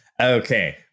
Okay